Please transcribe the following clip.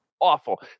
awful